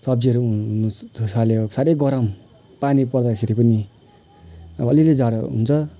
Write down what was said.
सब्जीहरू पनि हुन छोड्यो साह्रै गरम पानी पर्दाखेरि पनि अब अलिअलि जाडो हुन्छ